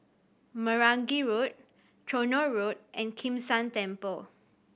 Meragi Road Tronoh Road and Kim San Temple